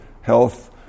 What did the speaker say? health